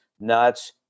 nuts